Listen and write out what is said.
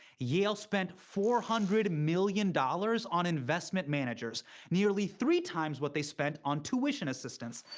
yale spent four hundred million dollars on investment managers. nearly three times what they spent on tuition assistance.